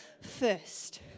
first